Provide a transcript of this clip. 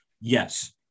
Yes